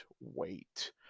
wait